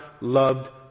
loved